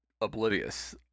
oblivious